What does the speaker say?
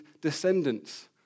descendants